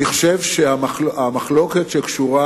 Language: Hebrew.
חושב שהמחלוקת שקשורה